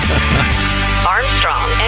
Armstrong